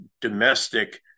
domestic